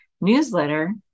newsletter